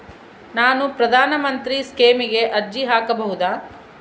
ನಾನು ಪ್ರಧಾನ ಮಂತ್ರಿ ಸ್ಕೇಮಿಗೆ ಅರ್ಜಿ ಹಾಕಬಹುದಾ?